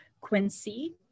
Quincy